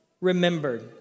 remembered